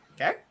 Okay